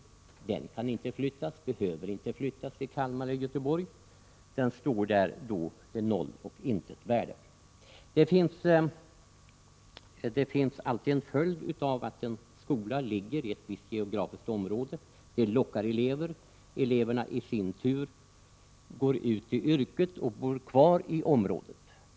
Den kan och behöver inte flyttas till Kalmar eller Göteborg, och kommer alltså att stå där till noll och intet värde. Det finns vidare alltid skäl till att en skola geografiskt har förlagts till ett visst område: det lockar elever, som senare i sitt yrke kan bo kvar i området.